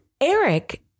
Eric